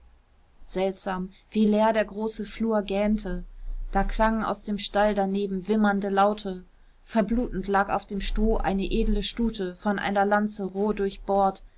seltsam wie leer der große flur gähnte da klangen aus dem stall daneben wimmernde laute verblutend lag auf dem stroh eine edle stute von einer lanze roh